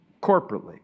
corporately